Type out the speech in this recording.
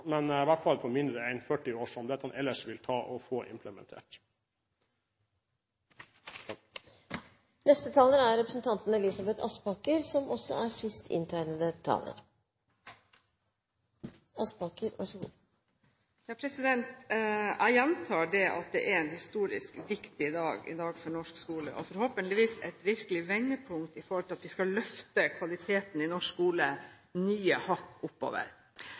men i hvert fall på mindre enn 40 år, som dette ellers ville ta av tid å få implementert. Jeg gjentar at dette er en historisk viktig dag for norsk skole og forhåpentligvis et virkelig vendepunkt når det gjelder å løfte kvaliteten i norsk skole nye hakk. Statsråden sa i replikkordskiftet at den nye lærerutdanningen var det som befordret at man nå kunne sette kvalitetskrav eller kompetansekrav til lærere i